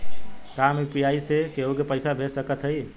का हम यू.पी.आई से केहू के पैसा भेज सकत हई?